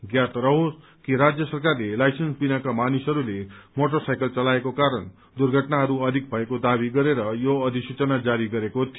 ज्ञात रहोस कि राज्य सरकारले लाइसेन्स बिनाका मानिसहरूले मोटर साइकल चलाएको कारण दुर्घटनाहरू अधिक भएको दावी गरेर यो अधिसूचना जारी गरेको थियो